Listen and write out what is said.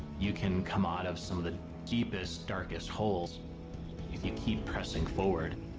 you can come out of some of the deepest, darkest holes if you keep pressing forward.